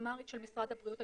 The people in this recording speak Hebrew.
המנמ"רית של משרד הבריאות.